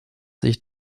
sich